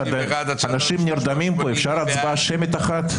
8,901 עד 8,920, מי בעד?